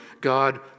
God